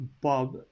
bob